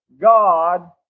God